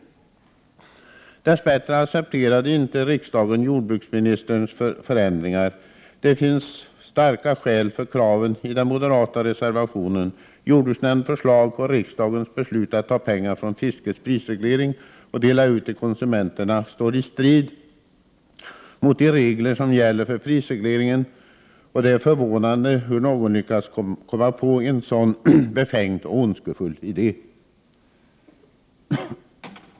Dess bättre accepterade inte riksdagen jordbruksministerns förändringar. Det finns starka skäl för kraven i den moderata reservationen. Jordbruksnämndens förslag och riksdagens beslut att ta pengar från fiskets prisreglering och dela ut till konsumenterna står i strid mot de regler som gäller för prisregleringen. Det är förvånande hur någon lyckats komma på en så befängd och ondskefull idé.